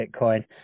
Bitcoin